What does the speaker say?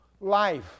life